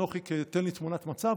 נוחיק, תן לי תמונת מצב.